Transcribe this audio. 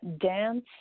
dance